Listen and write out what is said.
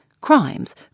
Crimes